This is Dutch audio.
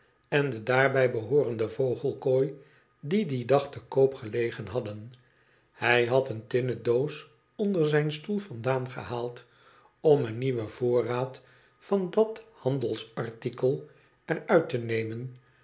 en de daarbij behoorende vogelkooi die dien dag te koop gelegen hadden hij had een tinnen doos onder zijn stoel vandaan gehaald om een nieuwen voorraad van dat handelsartikel er uit te nemen